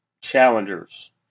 challengers